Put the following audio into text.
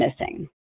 missing